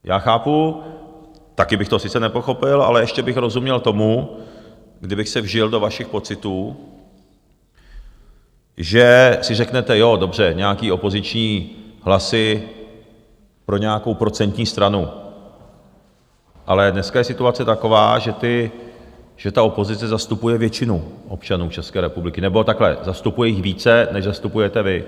Já chápu, také bych to sice nepochopil, ale ještě bych rozuměl tomu, kdybych se vžil do vašich pocitů, že si řeknete dobře, nějaké opoziční hlasy pro nějakou procentní stranu, ale dneska je situace taková, že ta opozice zastupuje většinu občanů České republiky, nebo takhle, zastupuje jich více, než zastupujete vy.